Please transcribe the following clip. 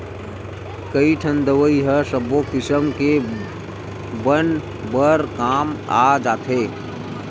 कइठन दवई ह सब्बो किसम के बन बर काम आ जाथे